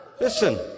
Listen